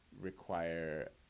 require